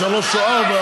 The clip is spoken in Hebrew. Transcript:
3 או 4,